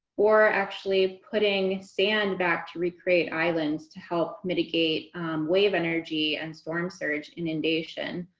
or actually putting sand back to recreate islands to help mitigate wave energy and storm surge inundation.